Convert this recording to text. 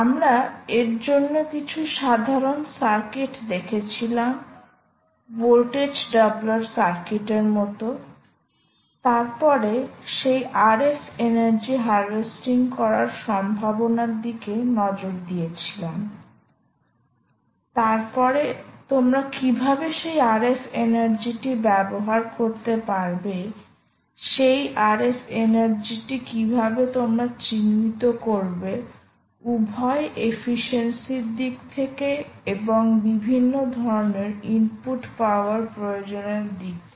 আমরা এর জন্য কিছু সাধারণ সার্কিট দেখেছিলাম ভোল্টেজ ডাবলার সার্কিটের মতো তারপরে সেই RF এনার্জি হারভেস্টিং করার সম্ভাবনার দিকে নজর দিয়েছিলাম তারপরে তোমরা কীভাবে সেই RF এনার্জিটি ব্যবহার করতে পারবে সেই RF এনার্জিটি কীভাবে তোমরা চিহ্নিত করবে উভয় এফিশিয়েন্সির দিক থেকে এবং বিভিন্ন ধরণের ইনপুট পাওয়ার প্রয়োজনের দিক থেকে